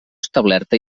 establerta